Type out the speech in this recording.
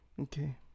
okay